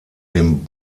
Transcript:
dem